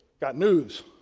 got news,